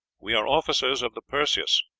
we are officers of the perseus.